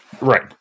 Right